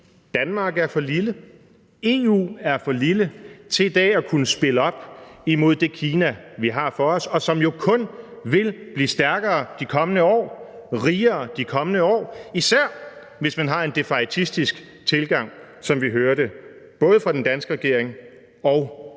Danmark er for lille og EU er for lille til i dag at kunne spille op imod det Kina, vi har for os, og som jo kun vil blive stærkere og rigere de kommende år, især hvis man har en defaitistisk tilgang, som vi hører det fra både den danske regering og fra